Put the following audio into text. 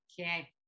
Okay